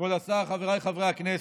כבוד השר, חבריי חברי הכנסת,